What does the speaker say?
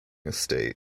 estate